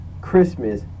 Christmas